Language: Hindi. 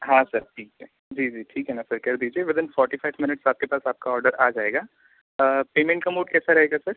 हाँ सर ठीक है जी जी ठीक है ना सर कर दीजिए विथइन फोर्टी फाइव मिनट्स आपके पास आपका ऑडर आपके पास आ जाएगा पेमेंट का मोड कैसा रहेगा सर